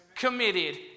committed